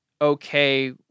okay